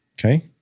Okay